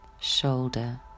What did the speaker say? shoulder